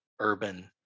urban